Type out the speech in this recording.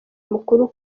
mukuru